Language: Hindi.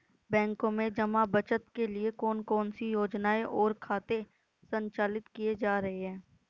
बैंकों में जमा बचत के लिए कौन कौन सी योजनाएं और खाते संचालित किए जा रहे हैं?